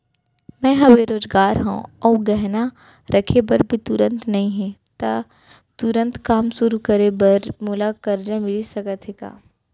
मैं ह बेरोजगार हव अऊ गहना रखे बर भी तुरंत नई हे ता तुरंत काम शुरू करे बर मोला करजा मिलिस सकत हे का?